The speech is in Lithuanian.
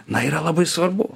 na yra labai svarbu